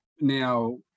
now